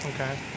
okay